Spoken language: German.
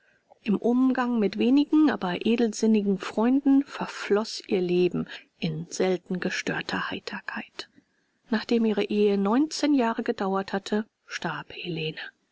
im umgang mit wenigen aber edelsinnigen freunden verfloß ihr leben in selten gestörter heiterkeit nachdem ihre ehe neunzehn jahre gedauert hatte starb helene